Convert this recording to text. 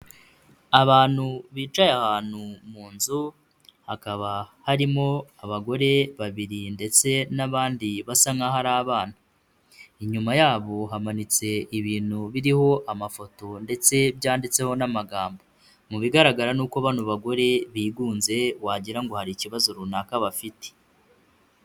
Abantu bicaye ahantu mu nzu, hakaba harimo abagore babiri ndetse n'abandi basa nk'aho ari abana, inyuma yabo hamanitse ibintu biriho amafoto ndetse byanditseho n'amagambo, mu bigaragara ni uko bano bagore bigunze wagira ngo hari ikibazo runaka bafite.